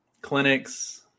clinics